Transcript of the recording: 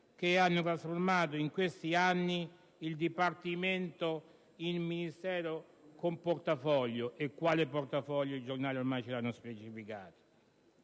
che hanno trasformato in questi anni il dipartimento in Ministero con portafoglio:e quale portafoglio, i giornali ormai l'hanno specificato.